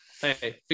hey